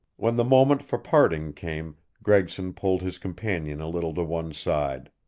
when the moment for parting came gregson pulled his companion a little to one side.